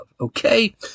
okay